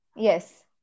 Yes